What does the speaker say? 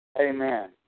Amen